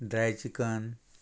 dry chicken